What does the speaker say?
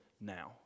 now